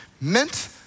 meant